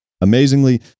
Amazingly